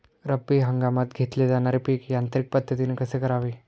रब्बी हंगामात घेतले जाणारे पीक यांत्रिक पद्धतीने कसे करावे?